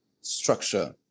structure